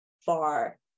far